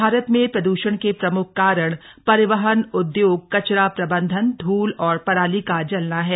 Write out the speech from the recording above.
भारत में प्रद्षण के प्रमुख कारण परिवहन उद्योग कचरा प्रबंधन ध्ल और पराली का जलना है